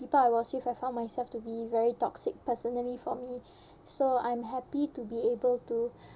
people I was with I found myself to be very toxic personally for me so I'm happy to be able to